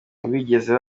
ntibigeze